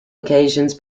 occasions